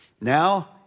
Now